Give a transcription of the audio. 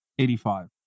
85